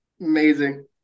Amazing